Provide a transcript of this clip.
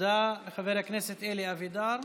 תודה לחבר הכנסת אלי אבידר.